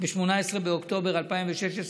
ב-18 באוקטובר 2016,